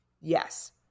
Yes